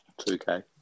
2K